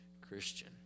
Christian